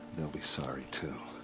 they'll be sorry, too.